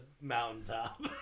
mountaintop